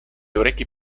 orecchie